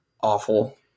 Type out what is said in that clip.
awful